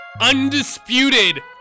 undisputed